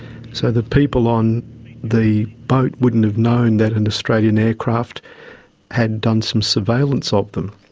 so the people on the boat wouldn't have known that an australian aircraft had done some surveillance ah of them.